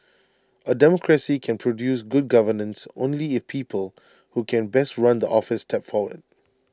A democracy can produce good governance only if people who can best run the office step forward